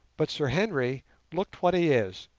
but sir henry looked what he is,